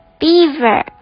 beaver